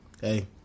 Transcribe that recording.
Hey